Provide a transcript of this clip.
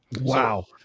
Wow